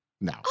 No